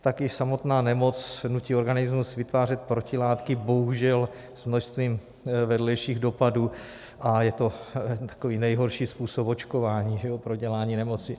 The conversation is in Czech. Také samotná nemoc nutí organismus vytvářet protilátky, bohužel s množstvím vedlejších dopadů, a je to takový nejhorší způsob očkování, prodělání nemoci.